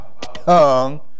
tongue